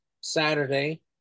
Saturday